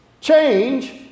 change